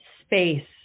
space